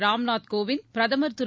ராம் நாத் கோவிந்த் பிரதமர் திரு